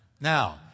Now